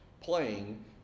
playing